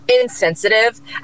Insensitive